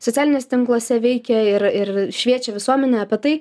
socialiniuose tinkluose veikia ir ir šviečia visuomenę apie tai